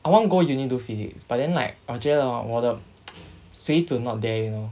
I want go uni do physics but then like 我觉得 hor 我的 水准 not there you know